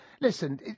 listen